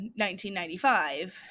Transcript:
1995